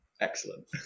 Excellent